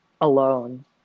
alone